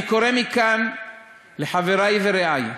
אני קורא מכאן לחברי ורעי: